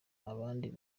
abandi